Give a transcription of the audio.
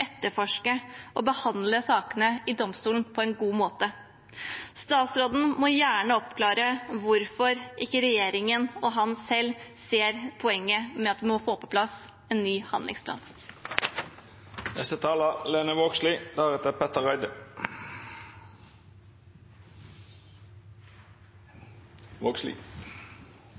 etterforske og behandle sakene i domstolen på en god måte. Statsråden må gjerne oppklare hvorfor regjeringen og han selv ikke ser poenget med at en må få på plass en ny handlingsplan. Fyrst og fremst takk til representanten Petter